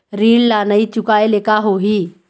ऋण ला नई चुकाए ले का होही?